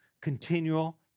continual